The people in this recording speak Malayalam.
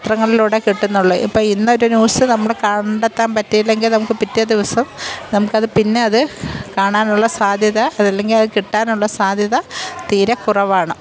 പത്രങ്ങളിലൂടെ കിട്ടുന്നുള്ളൂ ഇപ്പം ഇന്ന് ഇട്ട ന്യൂസ് നമ്മൾ കാണ്ടെത്താൻ പറ്റിയില്ലെങ്കിൽ പറ്റിയില്ലെങ്കിൽ നമുക്ക് പിറ്റേ ദിവസം നമുക്കത് പിന്നെ അത് കാണാനുള്ള സാധ്യത അത് അല്ലെങ്കിൽ അത് കിട്ടാനുള്ള സാധ്യത തീരെ കുറവാണ്